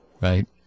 Right